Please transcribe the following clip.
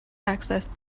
access